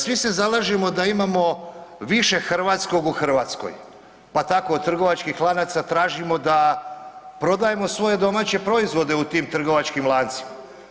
Svi se zalažemo da imamo više hrvatskog u Hrvatskoj, pa tako od trgovačkih lanaca tražimo da prodajemo domaće proizvode u tim trgovačkim lancima.